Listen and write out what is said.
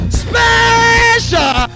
special